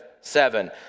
seven